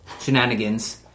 shenanigans